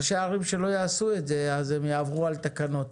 ראשי ערים שלא יעשו את זה אז הם יעברו על תקנות